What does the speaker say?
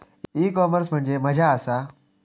E commerce म्हणजे मझ्या आसा?